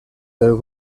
del